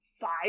five